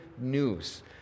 news